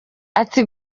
ati